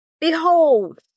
behold